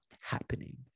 happening